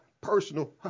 personal